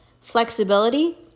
Flexibility